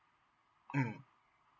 mm